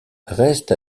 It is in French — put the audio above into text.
reste